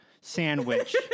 sandwich